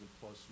plus